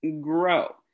grow